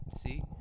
see